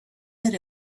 that